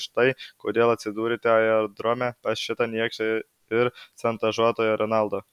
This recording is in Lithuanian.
štai kodėl atsidūrėte aerodrome pas šitą niekšą ir šantažuotoją renaldą